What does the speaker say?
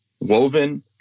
woven